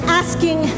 asking